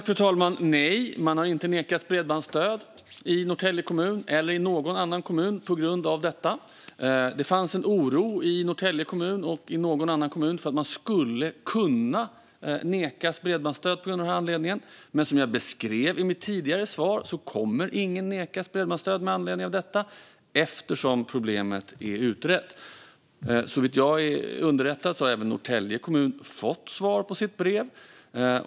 Fru talman! Nej, man har inte nekats bredbandsstöd i Norrtälje kommun eller någon annan kommun på grund av detta. Det fanns en oro i Norrtälje kommun och någon annan kommun över att man skulle kunna nekas bredbandsstöd på grund av den här anledningen. Men som jag beskrev i mitt tidigare svar kommer ingen att nekas bredbandsstöd med anledning av detta, eftersom problemet nu är utrett. Såvitt jag är underrättad har Norrtälje kommun även fått svar på sitt brev.